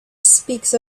speaks